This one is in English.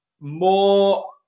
more